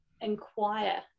inquire